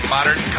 Modern